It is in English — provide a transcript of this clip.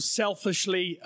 selfishly